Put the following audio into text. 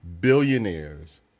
billionaires